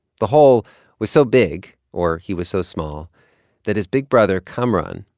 the hole was so big or he was so small that his big brother kamaran,